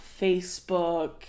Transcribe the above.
Facebook